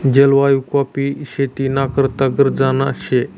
जलवायु काॅफी शेती ना करता गरजना शे